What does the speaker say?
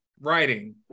writing